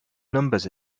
numbers